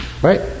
Right